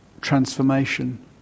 transformation